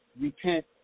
repent